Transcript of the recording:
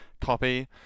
copy